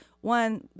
one